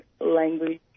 language